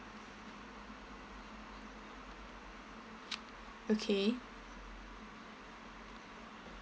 okay